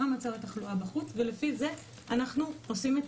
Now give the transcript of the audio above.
מה מצב התחלואה בחוץ ולפי זה אנחנו עושים את